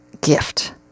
Gift